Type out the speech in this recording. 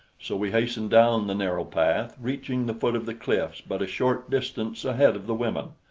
so we hastened down the narrow path, reaching the foot of the cliffs but a short distance ahead of the women.